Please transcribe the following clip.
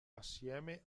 assieme